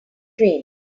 train